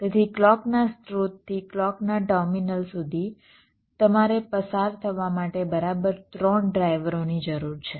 તેથી ક્લૉકના સ્ત્રોતથી ક્લૉકના ટર્મિનલ સુધી તમારે પસાર થવા માટે બરાબર 3 ડ્રાઇવરોની જરૂર છે